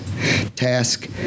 Task